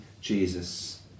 Jesus